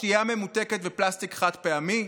שתייה ממותקת ופלסטיק חד-פעמי?